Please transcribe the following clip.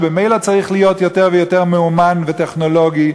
שממילא צריך להיות יותר ויותר מאומן וטכנולוגי,